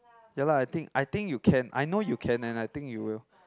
ya lah I think I think you can I know you can and I think you will